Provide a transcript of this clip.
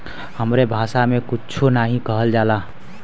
हमरे भासा मे कुच्छो नाहीं कहल जाला